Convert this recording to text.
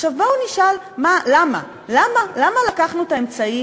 בואו נשאל למה, למה לקחנו את האמצעי